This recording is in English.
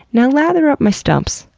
now lather up my stumps,